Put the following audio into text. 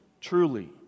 Truly